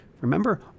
Remember